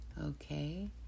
Okay